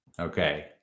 Okay